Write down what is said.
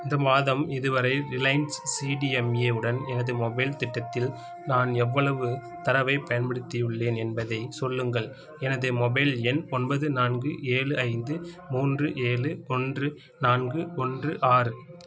இந்த மாதம் இதுவரை ரிலையன்ஸ் சிடிஎம்ஏ உடன் எனது மொபைல் திட்டத்தில் நான் எவ்வளவு தரவைப் பயன்படுத்தியுள்ளேன் என்பதைச் சொல்லுங்கள் எனது மொபைல் எண் ஒன்பது நான்கு ஏழு ஐந்து மூன்று ஏழு ஒன்று நான்கு ஒன்று ஆறு